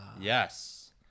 Yes